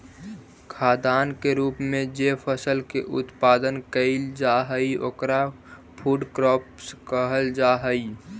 खाद्यान्न के रूप में जे फसल के उत्पादन कैइल जा हई ओकरा फूड क्रॉप्स कहल जा हई